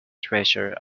treasure